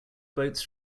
boats